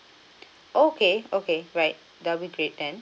okay okay right that will be great then